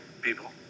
People